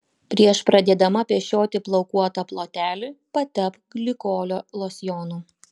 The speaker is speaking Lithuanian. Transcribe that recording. prieš pradėdama pešioti plaukuotą plotelį patepk glikolio losjonu